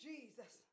Jesus